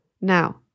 Now